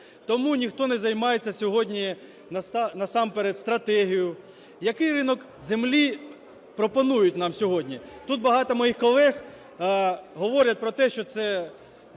тому ніхто не займається сьогодні, насамперед, стратегією, який ринок землі пропонують нам сьогодні. Тут багато моїх колег говорять про те, що це